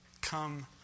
Come